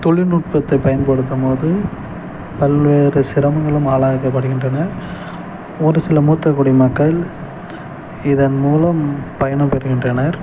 தொழில் நுட்பத்தை பயன்படுத்தும் போது பல்வேறு சிரமங்களும் ஆளாக்கப்படுகின்றன ஒரு சில மூத்த குடிமக்கள் இதன் மூலம் பயனும் பெறுகின்றனர்